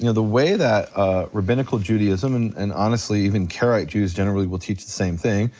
you know the way that rabbinical judaism and and honestly even karaite jews generally will teach the same thing,